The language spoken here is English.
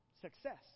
success